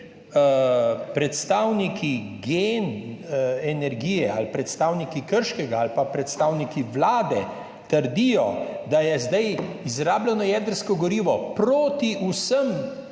predstavniki Gen energije ali predstavniki Krškega ali pa predstavniki Vlade trdijo, da je zdaj izrabljeno jedrsko gorivo proti vsem